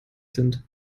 sind